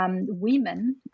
Women